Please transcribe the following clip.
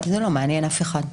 כי זה לא מעניין אף אחד.